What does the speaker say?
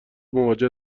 مواجه